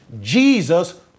Jesus